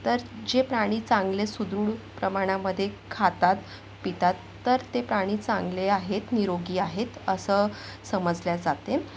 तर जे प्राणी चांगले सुदृढ प्रमाणामध्ये खातात पितात तर ते प्राणी चांगले आहेत निरोगी आहेत असं समजले जाते